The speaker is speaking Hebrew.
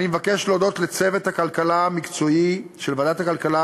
אני מבקש להודות לצוות המקצועי של ועדת הכלכלה,